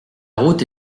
route